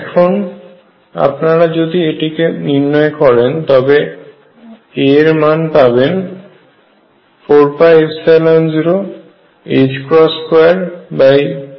এখন আপনারা যদি এটিকে নির্ণয় করেন তবে a এর মান পাবেন 4π02Ze2m